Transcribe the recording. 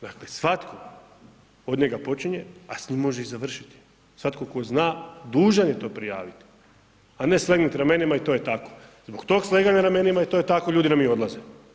Dakle, svatko od njega počine, a s njim može i završiti, svatko tko zna dužan je to prijaviti, a ne slegnuti ramenima i to je tako, zbog tog sleganja ramenima i to je tako ljudi nam i odlaze.